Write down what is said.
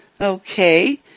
Okay